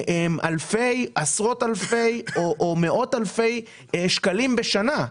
עשרות אלפי או מאות אלפי שקלים בשנה.